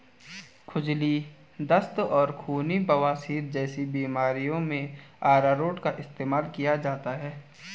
खुजली, दस्त और खूनी बवासीर जैसी बीमारियों में अरारोट का इस्तेमाल किया जाता है